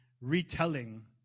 retelling